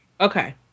Okay